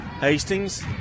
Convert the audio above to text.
Hastings